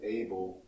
able